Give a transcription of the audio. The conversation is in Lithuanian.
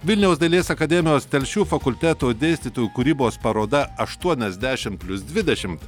vilniaus dailės akademijos telšių fakulteto dėstytojų kūrybos paroda aštuoniasdešim plius dvidešimt